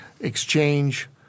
exchange